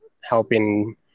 helping